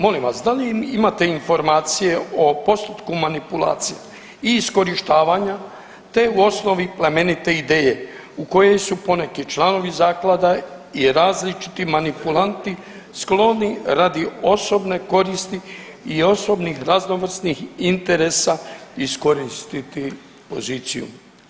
Molim vas, da li imate informacije o postupku manipulacije i iskorištavanja te u osnovi plemenite ideje u kojoj su poneki članovi zaklada i različiti manipulanti skloni radi osobne koristi i osobnih raznovrsnih interesa iskoristiti poziciju?